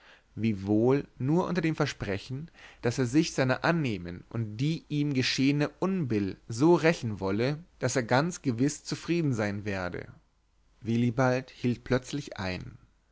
wiewohl nur unter dem versprechen daß er sich seiner annehmen und die ihm geschehene unbill so rächen wolle daß er ganz gewiß zufrieden sein werde willibald hielt plötzlich ein